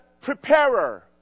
preparer